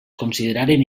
consideraren